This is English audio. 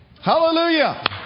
Hallelujah